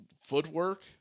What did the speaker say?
footwork